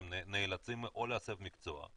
שהם נאלצים להסב מקצוע,